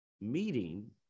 meeting